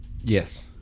yes